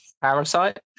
Parasite